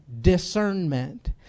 discernment